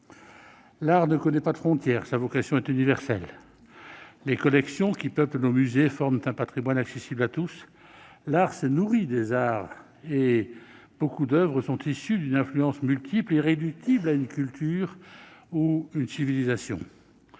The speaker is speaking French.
L'art ne connaît pas de frontière ; sa vocation est universelle. Les collections qui remplissent nos musées forment un patrimoine accessible à tous. L'art se nourrit des arts, et nombre d'oeuvres sont issues d'une influence multiple, irréductible à une culture ou à une civilisation.